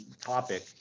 topic